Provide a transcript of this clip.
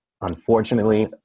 unfortunately